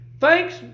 Thanks